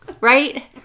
right